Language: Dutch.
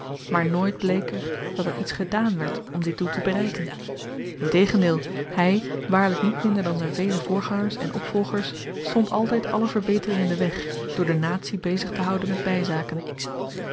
maar nooit bleek er dat er iets gedaan werd om dit doel te bereiken integendeel hy waarlyk niet minder dan z'n vele voorgangers en opvolgers stond altyd alle verbetering in den weg door de natie bezig te houden met byzaken